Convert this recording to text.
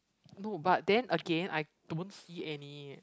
no but then Again I don't see any